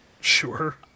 sure